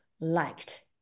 liked